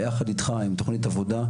ביחד איתך עם תוכנית עבודה,